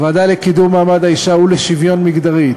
הוועדה לקידום מעמד האישה ולשוויון מגדרי,